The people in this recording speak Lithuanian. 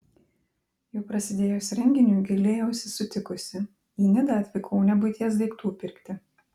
jau prasidėjus renginiui gailėjausi sutikusi į nidą atvykau ne buities daiktų pirkti